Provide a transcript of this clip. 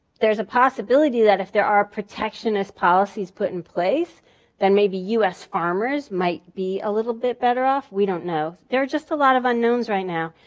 there's a possibility that if there are protectionist policies put in place then maybe us farmers might be a little bit better off, we don't know. they're just a lot of unknowns right now.